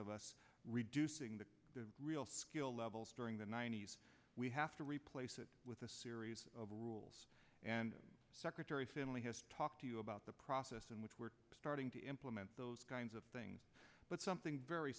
of us reducing the real skill levels during the ninety's we have to replace it with a series of rules and secretary finley has talked to you about the process in which we're starting to implement those kinds of things but something very